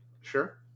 Sure